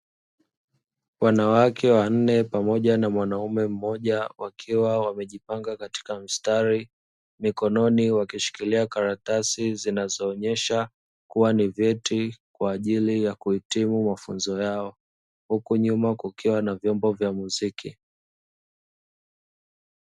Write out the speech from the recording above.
Wanawake wanne pamoja na mwanaume mmoja wakiwa wamejipanga katika mstari, mikononi wakishikili karatasi zinazoonyesha kuwa ni vyeti kwa ajili ya kuhitimu mafunzo yao. Huku nyuma kukiwa na vyombo vya muziki.